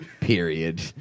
period